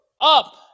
up